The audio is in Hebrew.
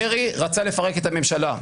דרעי רצה לפרק את הממשלה.